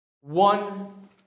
One